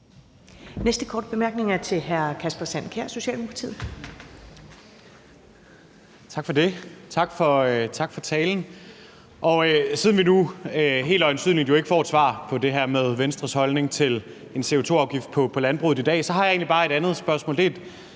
næste korte bemærkning er fra hr. Kasper Sand Kjær, Socialdemokratiet. Kl. 10:32 Kasper Sand Kjær (S): Tak for det. Og tak for talen. Siden vi nu helt øjensynligt ikke får et svar på det her med Venstres holdning til en CO2-afgift på landbruget i dag, har jeg egentlig bare et andet spørgsmål.